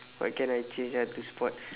what can I change ah to sports